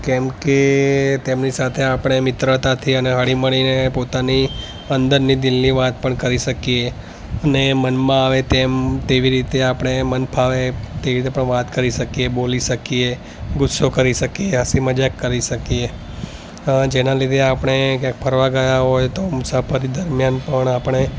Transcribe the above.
કેમકે તેમની સાથે આપણે મિત્રતાથી અને હળીમળીને પોતાની અંદરની દિલની વાત પણ કરી શકીએ અને મનમાં આવે તેમ તેવી રીતે આપણે મનફાવે તેવી રીતે પણ વાત કરી શકીએ કે બોલી શકીએ ગુસ્સો કરી શકીએ હસી મજાક કરી શકીએ જેના લીધે આપણે ક્યાંક ફરવા ગયા હોય તો મુસાફરી દરમ્યાન પણ આપણે